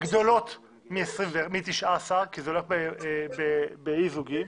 גדולות מ-19, כי המספר הוא אי זוגי,